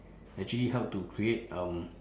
actually help to create um